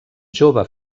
jove